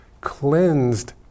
cleansed